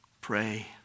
pray